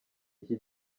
iki